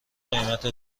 قیمت